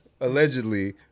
allegedly